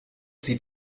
sie